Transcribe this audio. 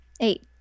eight